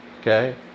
okay